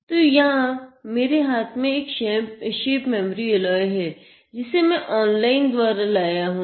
तो यह मेरे हाथ में यह शेप मेमोरी एलाय है जिसे मैं ऑनलाइन द्वारा लाया हूँ